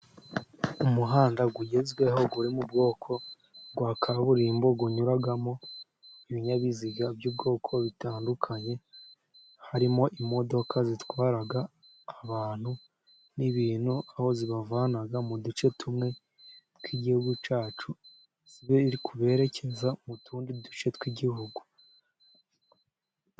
Umuhanda ugezweho uri mu bwoko bwa kaburimbo, unyuramo ibinyabiziga by'ubwoko butandukanye. Harimo imodoka zitwara abantu n'ibintu, aho zibavana mu duce tumwe tw'igihugu cyacu, ziri kuberekeza mu tundi duce tw'igihugu.